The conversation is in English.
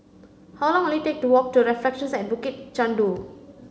how long will it take to walk to Reflections at Bukit Chandu